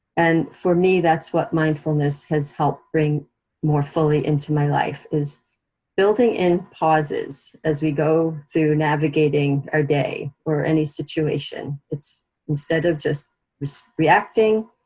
and for me that's what mindfulness has helped bring more fully into my life is building in pauses, as we go through navigating our day or any situation, instead of just just reacting,